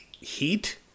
heat